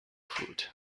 food